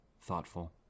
thoughtful